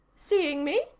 seeing me?